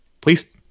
Please